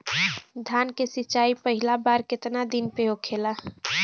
धान के सिचाई पहिला बार कितना दिन पे होखेला?